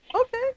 Okay